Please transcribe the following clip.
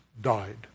died